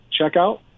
checkout